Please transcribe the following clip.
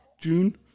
June